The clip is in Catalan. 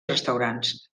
restaurants